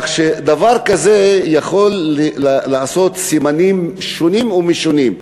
כך שדבר כזה יכול לעשות סימנים שונים ומשונים.